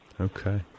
Okay